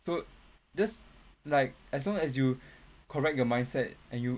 so just like as long as you correct your mindset and you